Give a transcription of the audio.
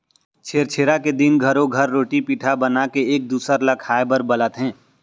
छेरछेरा के दिन घरो घर रोटी पिठा बनाके एक दूसर ल खाए बर बलाथे